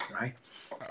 right